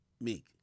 Meek